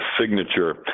signature